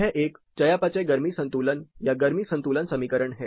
यह एक चयापचय गर्मी संतुलन या गर्मी संतुलन समीकरण है